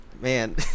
man